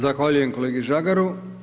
Zahvaljujem kolegi Žagaru.